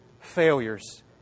failures